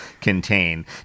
contain